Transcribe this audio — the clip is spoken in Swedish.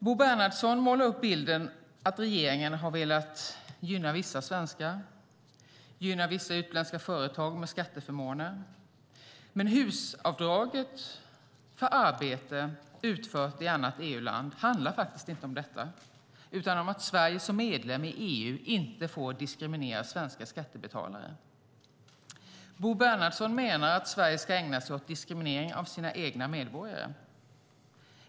Bo Bernhardsson målar upp bilden att regeringen har velat gynna vissa svenskar och gynna vissa utländska företag med skatteförmåner. HUS-avdraget för arbete utfört i annat EU-land handlar dock inte om detta utan om att Sverige som medlem i EU inte får diskriminera svenska skattebetalare. Bo Bernhardsson menar att Sverige ska ägna sig åt diskriminering av sina egna medborgare.